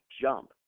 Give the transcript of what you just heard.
jump